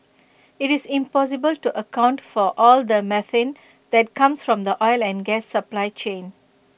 IT is impossible to account for all the methane that comes from the oil and gas supply chain